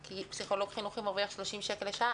כי פסיכולוג חינוכי מרוויח 30 שקל לשעה,